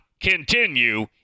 continue